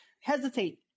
Hesitate